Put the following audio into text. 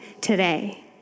today